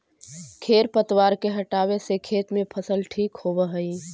खेर पतवार के हटावे से खेत में फसल ठीक होबऽ हई